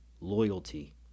loyalty